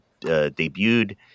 debuted